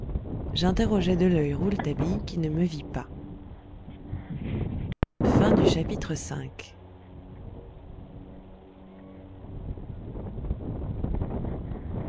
j'interrogeai de l'œil rouletabille qui ne me vit pas